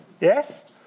Yes